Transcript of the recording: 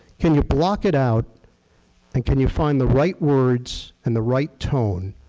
can you block it out and can you find the right words and the right tone